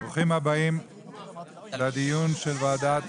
ברוכים באים לדיון של ועדת